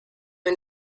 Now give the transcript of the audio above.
une